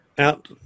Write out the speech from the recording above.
Out